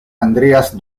andreas